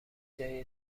جای